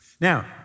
Now